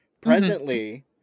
presently